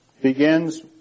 begins